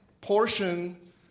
portion